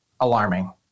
alarming